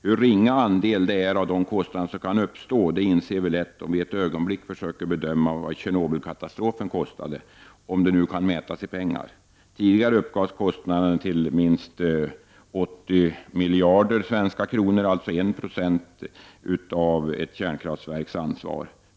Hur ringa andel det är av de kostnader som kan uppstå inser vi lätt om vi för ett ögonblick försöker bedöma vad Tjernobylkatastrofen kostade — om den nu kan mätas i pengar. Tidigare uppgavs kostnaden till minst 80 miljarder kronor, dvs. 1 96 av ett kärnkraftsverks ansvar.